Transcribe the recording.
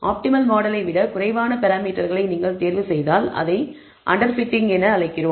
optimal மாடலை விட குறைவான பராமீட்டர்களை நீங்கள் தேர்வுசெய்தால் இதை அண்டர் பிட்டிங் என அழைக்கிறோம்